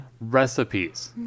recipes